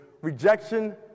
Rejection